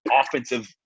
offensive